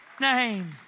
name